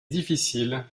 difficile